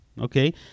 okay